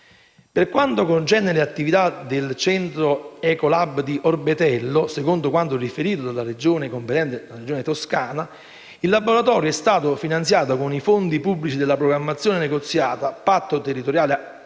Per quanto concerne le attività del centro Ecolab di Orbetello, secondo quanto riferito dalla Regione competente, la Regione Toscana, il laboratorio è stato finanziato con i fondi pubblici della programmazione negoziata del Patto territoriale